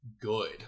good